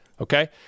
Okay